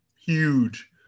huge